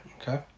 Okay